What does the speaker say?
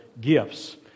gifts